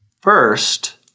first